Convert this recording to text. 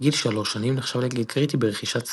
גיל 3 שנים נחשב לגיל קריטי ברכישת שפה,